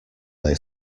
they